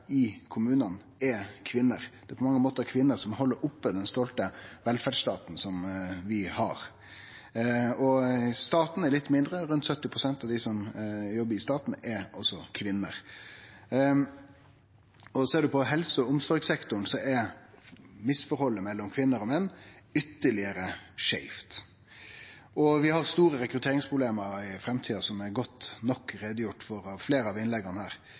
i kommunane, kvinner. Det er på mange måtar kvinner som held oppe den stolte velferdsstaten som vi har. I staten er delen kvinner litt mindre: Rundt 70 pst. av dei som jobbar i staten, er kvinner. Ser ein på helse- og omsorgssektoren, er misforholdet mellom kvinner og menn ytterlegare skeivt. Vi vil ha store rekrutteringsproblem i framtida, noko som er godt nok gjort greie for i fleire av innlegga her.